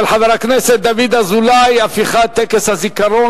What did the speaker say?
של חבר הכנסת דוד אזולאי: הפיכת טקס זיכרון